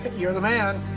you're the man.